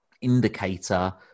indicator